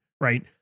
Right